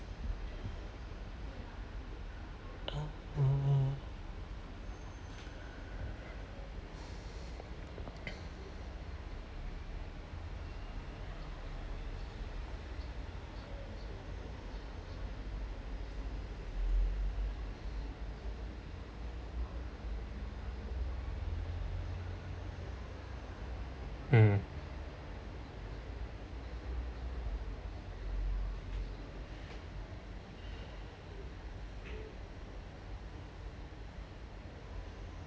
uh mm um